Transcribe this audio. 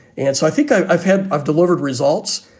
and so i think i've i've had i've delivered results,